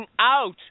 out